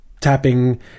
tapping